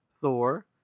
Thor